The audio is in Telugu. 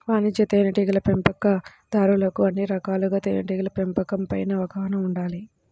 వాణిజ్య తేనెటీగల పెంపకందారులకు అన్ని రకాలుగా తేనెటీగల పెంపకం పైన అవగాహన ఉండాలి